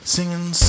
Singing